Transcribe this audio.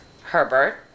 Herbert